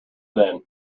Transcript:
then